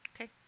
Okay